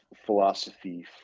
philosophy